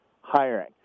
hiring